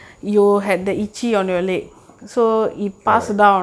correct